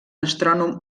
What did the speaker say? astrònom